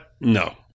no